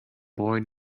boy